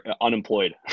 Unemployed